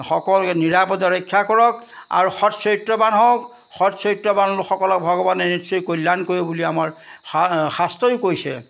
সকলোকে নিৰাপদে ৰক্ষা কৰক আৰু সৎ চৰিত্ৰবান হওক সৎ চৰিত্ৰবান লোকসকলক ভগৱানে নিশ্চয় কল্যাণ কৰে বুলি আমাৰ শাস্ত্ৰয়ো কৈছে